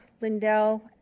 Lindell